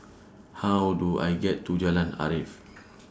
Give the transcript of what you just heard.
How Do I get to Jalan Arif